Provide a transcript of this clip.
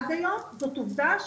וזאת עובדה,